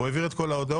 הוא העביר את כל ההודעות,